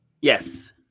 Yes